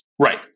Right